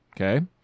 Okay